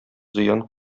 зыян